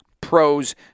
Pros